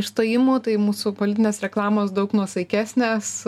išstojimų tai mūsų politinės reklamos daug nuosaikesnės